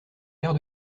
quart